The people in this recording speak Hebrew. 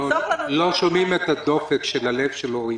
זה יחסוך לנו --- לא שומעים את הדופק של הלב שלו.